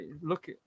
look